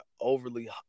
overly